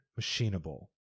machinable